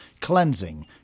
cleansing